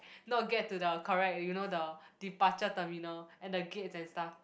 no get to the correct you know the departure terminal and the gate and stuff